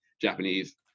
Japanese